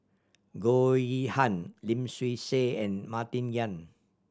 Goh Yihan Lim Swee Say and Martin Yan